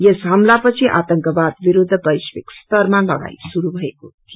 यस हमला पछि आतंकवाद विरूद्व वैश्विक स्तरमा लड़ाई शुरू भएको थियो